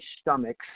stomachs